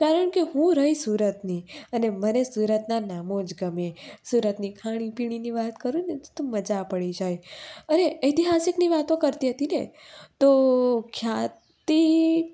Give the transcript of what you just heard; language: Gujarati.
કારણકે હું રહી સુરતની અને મને સુરતના નામો જ ગમે સુરતની ખાણી પીણીની વાત કરું ને તો મજા પડી જાય અરે ઐતિહાસિકની વાતો કરતી હતી ને તો ખ્યાતિ